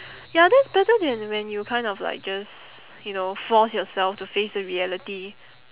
ya that's better than when you kind of like just you know force yourself to face the reality